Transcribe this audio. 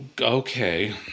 okay